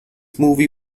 movie